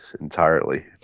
entirely